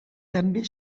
també